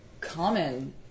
common